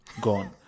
gone